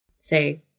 say